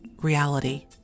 reality